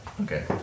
Okay